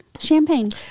champagne